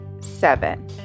seven